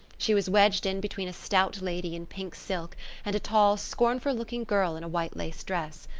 she was wedged in between a stout lady in pink silk and a tall, scornful-looking girl in a white-lace dress.